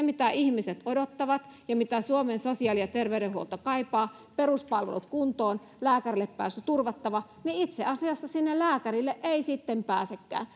mitä ihmiset odottavat ja mitä suomen sosiaali ja terveydenhuolto kaipaa peruspalvelut kuntoon lääkärillepääsy turvattava käy niin että itse asiassa sinne lääkärille ei sitten pääsekään